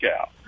out